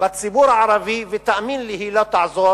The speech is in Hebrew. בציבור הערבי, ותאמין לי, היא לא תעזור